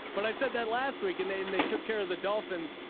but i said that last week and they, and they took care of the dolphins.